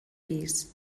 pis